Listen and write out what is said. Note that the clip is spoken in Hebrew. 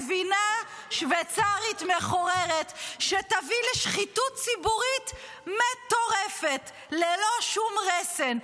גבינה שוויצרית מחוררת שתביא לשחיתות ציבורית מטורפת ללא שום רסן.